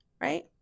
right